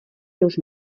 los